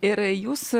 ir jūs